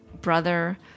brother